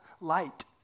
light